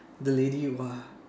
the lady !wah!